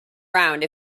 round